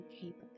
capable